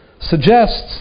suggests